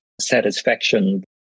satisfaction